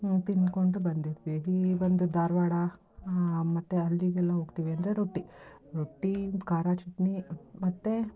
ನಾವು ತಿಂದ್ಕೊಂಡು ಬಂದಿದ್ವಿ ಹೀ ಬಂದು ಧಾರವಾಡ ಮತ್ತು ಅಲ್ಲಿಗೆಲ್ಲ ಹೋಗ್ತೀವಿ ಅಂದರೆ ರೊಟ್ಟಿ ರೊಟ್ಟಿ ಖಾರ ಚಟ್ನಿ ಮತ್ತು